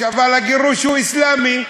אבל הגירוש הוא אסלאמי,